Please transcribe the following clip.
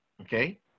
Okay